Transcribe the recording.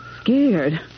Scared